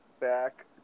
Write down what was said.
back